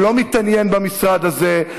הוא לא מתעניין במשרד הזה.